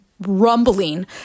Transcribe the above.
rumbling